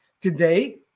today